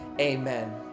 amen